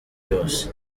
byose